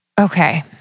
Okay